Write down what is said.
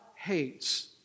hates